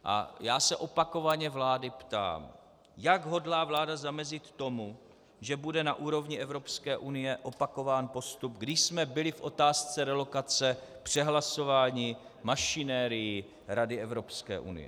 A já se opakovaně vlády ptám: Jak hodlá vláda zamezit tomu, že bude na úrovni Evropské unie opakován postup, kdy jsme byli v otázce relokace přehlasováni mašinérií Rady Evropské unie?